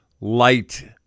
light